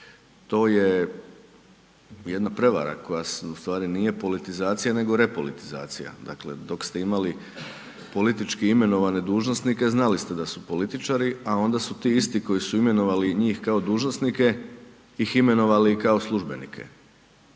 To je jedna prevara koja ustvari nije politizacija nego repolitizacija, dakle dok ste imali politički imenovane dužnosnike, znali ste da su političari a onda su ti isti koji su imenovali njih kao dužnosnike ih imenovali kao službenike